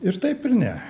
ir taip ir ne